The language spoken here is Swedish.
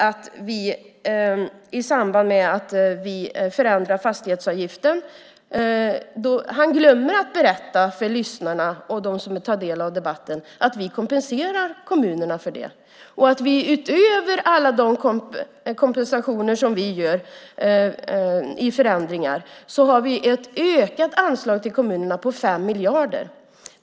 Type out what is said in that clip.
Angående vår förändring av fastighetsskatten glömmer Mats Odell att berätta för dem som tar del av den här debatten att vi kompenserar kommunerna för detta och att vi utöver alla de kompensationer vi gör har ett ökat anslag till kommunerna på 5 miljarder.